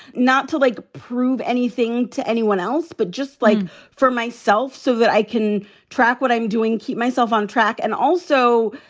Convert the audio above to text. not to like prove anything to anyone else, but just like for myself so that i can track what i'm doing, keep myself on track. and also,